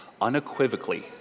unequivocally